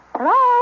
Hello